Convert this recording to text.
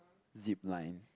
zip line